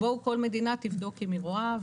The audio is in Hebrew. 'בואו כל מדינה תבדוק אם היא רואה',